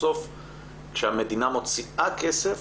בסוף כשמדינה מוציאה כסף,